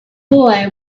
boy